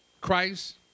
Christ